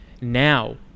Now